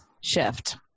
shift